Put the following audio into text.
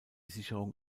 sicherung